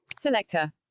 Selector